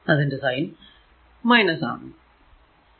അതിന്റെ സൈൻ ആണ്